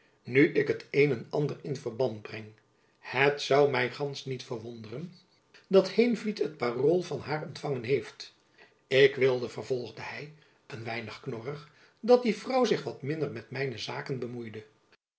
nu ik het een en ander in verband breng het zoû my gands niet verwonderen dat heenvliet het parool van haar ontfangen heeft ik wilde vervolgde hy een weinig knorrig dat die vrouw zich wat minder met mijne zaken bemoeide